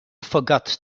forgot